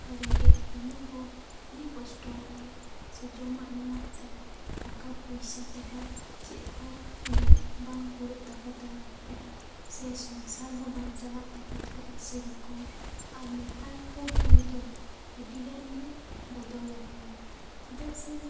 ᱨᱮᱸᱜᱮᱡ ᱫᱚᱢᱮ ᱠᱚ ᱟᱹᱰᱤ ᱠᱚᱥᱴᱚ ᱠᱟᱱᱟ ᱥᱮ ᱡᱚᱢᱟ ᱧᱩᱣᱟᱜ ᱛᱮᱦᱚ ᱴᱟᱠᱟ ᱯᱩᱭᱥᱟ ᱛᱮᱦᱚ ᱪᱮᱜ ᱦᱚ ᱩᱱᱟᱹᱜ ᱵᱟᱝ ᱠᱩᱲᱟ ᱛᱟᱦᱮᱫᱟ ᱥᱮ ᱥᱚᱝᱸᱥᱟᱨ ᱦᱚ ᱵᱟᱝ ᱪᱟᱞᱟᱜ ᱛᱟᱠᱚ ᱛᱟᱦᱮᱜᱼᱟ ᱥᱮ ᱨᱳᱠᱳᱢ ᱟᱨ ᱱᱮᱛᱟᱨ ᱠᱚ ᱦᱚᱲ ᱫᱚ ᱟᱹᱰᱤᱜᱟᱱ ᱜᱮ ᱵᱚᱫᱚᱞᱟᱠᱟ ᱱᱟᱠᱚ ᱪᱮᱫᱟᱜ ᱥᱮ